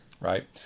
Right